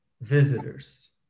visitors